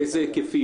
באיזה היקפים,